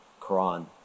Quran